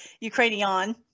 Ukrainian